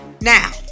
Now